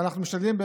ואנחנו משתדלים,